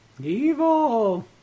Evil